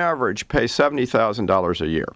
average pay seventy thousand dollars a year